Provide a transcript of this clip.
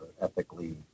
ethically